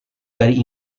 dari